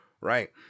right